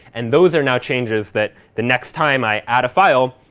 and those are now changes that, the next time i add a file,